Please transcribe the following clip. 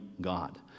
God